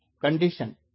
Condition